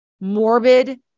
morbid